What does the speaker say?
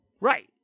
Right